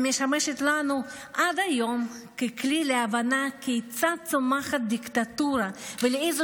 המשמשת לנו עד היום כלי להבנה כיצד צומחת דיקטטורה ולאיזה